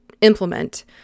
implement